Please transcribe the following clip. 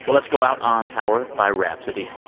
but let's go out on, power by rapsody.